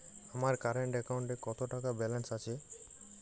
আমার কারেন্ট অ্যাকাউন্টে কত টাকা ব্যালেন্স আছে?